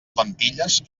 plantilles